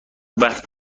بحث